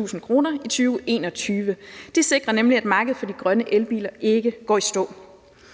400.000 kr. i 2021. Det sikrer nemlig, at markedet for de grønne elbiler ikke går i stå.